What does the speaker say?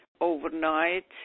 overnight